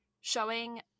showing